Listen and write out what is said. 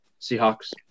Seahawks